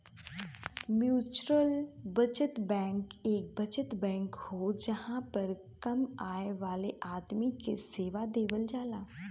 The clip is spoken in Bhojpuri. म्युचुअल बचत बैंक एक बचत बैंक हो जहां पर कम आय वाले आदमी के सेवा देवल जाला